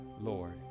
Lord